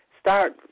start